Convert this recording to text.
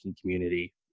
community